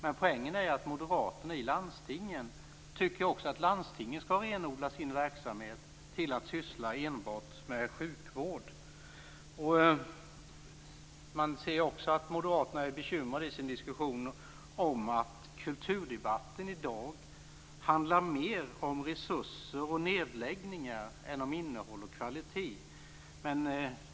Men poängen är att Moderaterna i landstingen tycker att också landstingen skall renodla sin verksamhet till att syssla enbart med sjukvård. Man ser också att Moderaterna är bekymrade i sin diskussion om att kulturdebatten i dag handlar mer om resurser och nedläggningar än om innehåll och kvalitet.